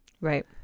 Right